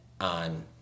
on